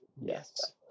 Yes